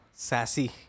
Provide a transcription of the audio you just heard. Sassy